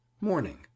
Morning